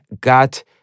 got